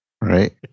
Right